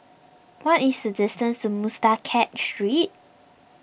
what is the distance to Muscat Street